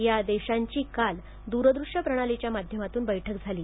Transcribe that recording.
या देशांची काल दूरदृष्य प्रणालीच्या माद्यमातून बैठक झाली